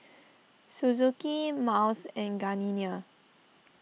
Suzuki Miles and Gardenia